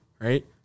right